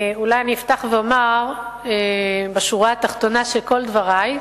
אולי אני אפתח בשורה התחתונה של כל דברי,